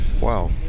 Wow